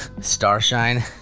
Starshine